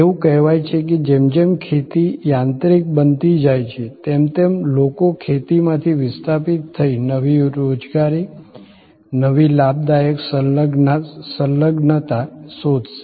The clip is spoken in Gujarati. એવું કહેવાય છે કે જેમ જેમ ખેતી યાંત્રિક બનતી જાય છે તેમ તેમ લોકો ખેતીમાંથી વિસ્થાપિત થઈ નવી રોજગારી નવી લાભદાયક સંલગ્નતા શોધશે